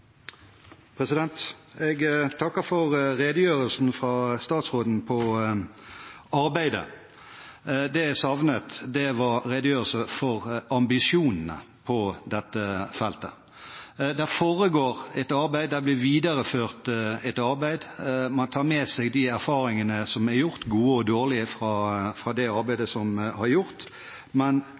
Jeg takker for redegjørelsen fra statsråden om arbeidet. Det jeg savnet, var en redegjørelse for ambisjonene på dette feltet. Det foregår et arbeid. Det blir videreført et arbeid. Man tar med seg de erfaringene som er gjort, gode og dårlige, fra det arbeidet som er gjort. Men